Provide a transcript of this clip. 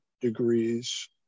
degrees